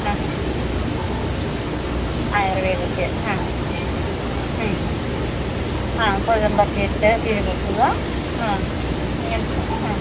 ആ ആയുർവേദിക് ആ ആ കുഴമ്പൊക്കെ ഇട്ട് കിഴി കുത്തുക ആ അങ്ങനെ ആ